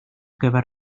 gyfer